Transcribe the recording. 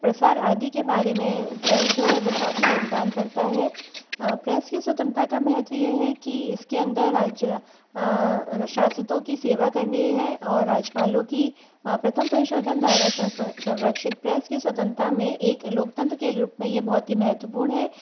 प्रसार आदि के बारे में प्रेस जो है वो काफ़ी योगदान करती है प्रेस की स्वतंत्रता का महत्व यह है कि इस के अंदर राज्य शासितों की सेवा करनी है और राज्यपालों की प्रथम संशोधन द्वारा संरक्षित प्रेस की स्वतंत्रता में एक लोकतंत्र के रूप में यह बहुत ही महत्वपूर्ण है